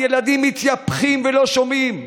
הילדים בוכים, ולא שומעים.